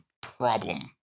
problem